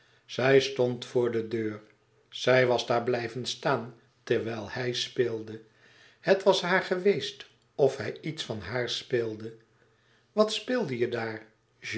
zij stond voor de deur zij was daar blijven staan terwijl hij speelde het was haar geweest of hij iets van haàr speelde wat speelde je daar